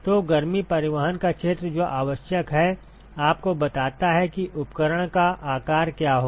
तो गर्मी परिवहन का क्षेत्र जो आवश्यक है आपको बताता है कि उपकरण का आकार क्या होगा